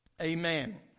Amen